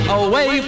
away